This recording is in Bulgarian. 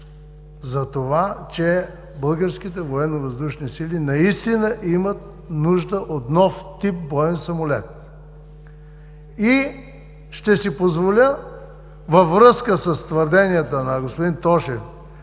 за това, че българските Военновъздушни сили наистина имат нужда от нов тип боен самолет. И ще си позволя във връзка с твърденията на господин Тошев,